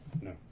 No